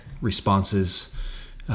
responses